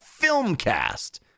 FILMCAST